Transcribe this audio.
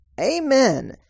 Amen